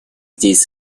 здесь